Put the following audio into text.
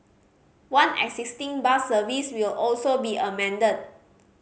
one existing bus service will also be amended